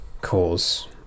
cause